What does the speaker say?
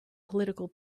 political